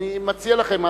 אני מציע לכם,